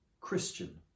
Christian